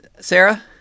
Sarah